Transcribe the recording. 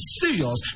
serious